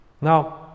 Now